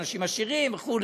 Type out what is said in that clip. אנשים עשירים וכו'